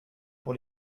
pour